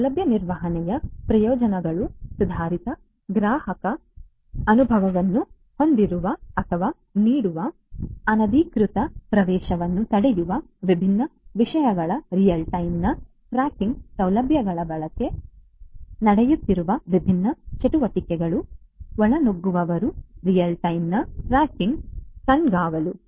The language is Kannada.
ಸೌಲಭ್ಯ ನಿರ್ವಹಣೆಯ ಪ್ರಯೋಜನಗಳು ಸುಧಾರಿತ ಗ್ರಾಹಕ ಅನುಭವವನ್ನು ಹೊಂದಿರುವುದು ಅಥವಾ ನೀಡುವುದು ಅನಧಿಕೃತ ಪ್ರವೇಶವನ್ನು ತಡೆಯುವುದು ವಿಭಿನ್ನ ವಿಷಯಗಳ ರಿಯಲ್ ಟೈಮ್ ನ ಟ್ರ್ಯಾಕಿಂಗ್ ಸೌಲಭ್ಯಗಳ ಒಳಗೆ ನಡೆಯುತ್ತಿರುವ ವಿಭಿನ್ನ ಚಟುವಟಿಕೆಗಳು ಒಳನುಗ್ಗುವವರ ರಿಯಲ್ ಟೈಮ್ ನ ಟ್ರ್ಯಾಕಿಂಗ್ ಕಣ್ಗಾವಲು